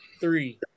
three